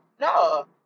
No